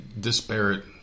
disparate